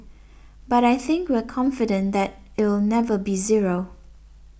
but I think we're confident that it'll never be zero